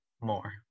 more